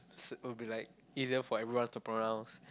s~ will be like easier for everyone to pronounce